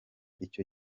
icyo